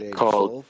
called